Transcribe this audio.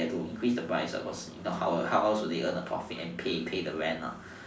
they have to increase the price but if not how else they will earn the profit and pay pay the rent lah